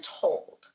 told